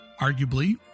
arguably